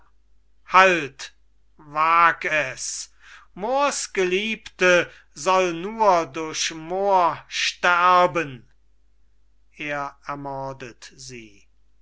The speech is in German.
halt wag es moors geliebte soll nur durch moor sterben er ermordet sie